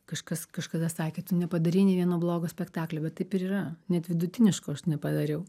kažkas kažkada sakė tu nepadarei nei vieno blogo spektaklio bet taip ir yra net vidutiniško aš nepadariau